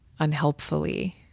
unhelpfully